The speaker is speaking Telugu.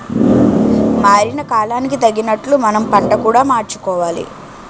మారిన కాలానికి తగినట్లు మనం పంట కూడా మార్చుకోవాలి